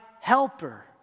helper